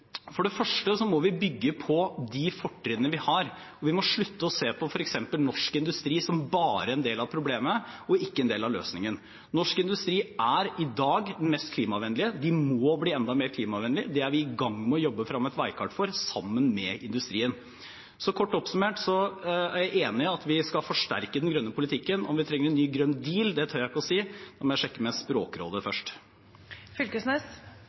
For det første må vi bygge på de fortrinnene vi har, og vi må slutte å se på f.eks. norsk industri som bare en del av problemet og ikke en del av løsningen. Norsk industri er i dag den mest klimavennlige. De må bli enda mer klimavennlige. Det er vi i gang med å jobbe frem et veikart for sammen med industrien. Kort oppsummert: Jeg er enig i at vi skal forsterke den grønne politikken. Om vi trenger en ny, grønn deal, tør jeg ikke å si – da må jeg sjekke med Språkrådet